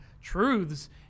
truths